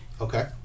Okay